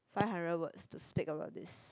five hundred words to speak about this